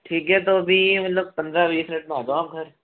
ठीक है तो अभी मतलब पंद्रह बीस मिनट में आ जाओ आप घर